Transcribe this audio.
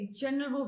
general